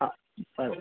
हा बरं बरं